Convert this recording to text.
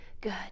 good